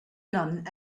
none